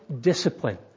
discipline